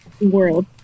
world